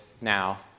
now